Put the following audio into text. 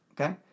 okay